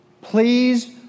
Please